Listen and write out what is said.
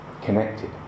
connected